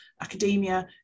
academia